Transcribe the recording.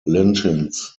lynchings